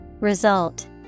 Result